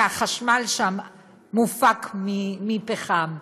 כי החשמל שם מופק מפחם.